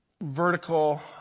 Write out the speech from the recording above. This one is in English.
vertical